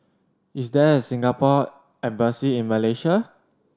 is there a Singapore Embassy in Malaysia